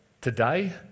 today